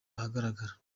ahagaragara